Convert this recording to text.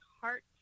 heart